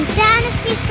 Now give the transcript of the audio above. Dynasty